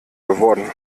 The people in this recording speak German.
geworden